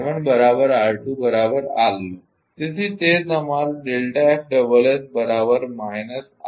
તેથી તે તમારો હશે